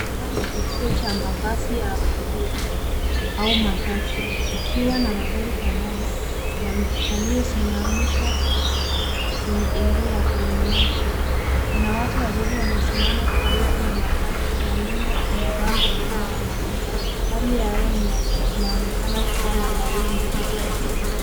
Hapa ni kituo cha mabasi ya abiria au matatu kikiwa na magari kadhaa yaliyosimamishwa kwenye eneo lenye maji. Kuna watu wachache wamesimama karibu na matatu na nyuma kuna bango kubwa la matangazo. Hali ya hewa inaonekana kuwa na mawingu.